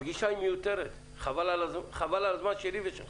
הפגישה היא מיותרת, חבל על הזמן שלי ושלך.